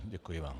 Děkuji vám.